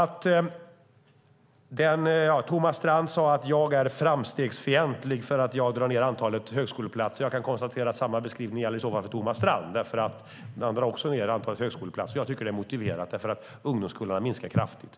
Thomas Strand sade att jag är framstegsfientlig för att jag drar ned antalet högskoleplatser. Jag kan konstatera att samma beskrivning i så fall gäller för Thomas Strand; han drar nämligen också ned antalet högskoleplatser. Jag tycker att det är motiverat, eftersom ungdomskullarna minskar kraftigt.